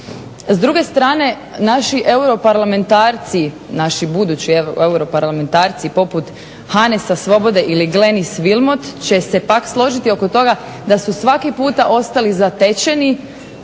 S druge strane naši budući europarlamentarci poput Hanessa Svobode ili Glanis Vilmot će se pak složiti oko toga da su svaki puta ostali zatečeni